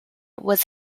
was